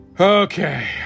Okay